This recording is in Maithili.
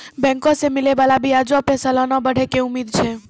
बैंको से मिलै बाला ब्याजो पे सलाना बढ़ै के उम्मीद छै